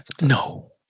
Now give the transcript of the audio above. No